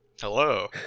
Hello